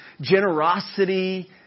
generosity